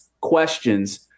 questions